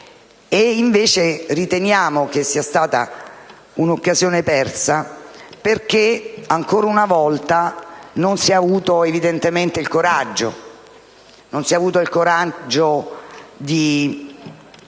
Invece riteniamo che sia stata un'occasione persa perché, ancora una volta, non si è avuto il coraggio di